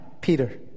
Peter